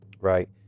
right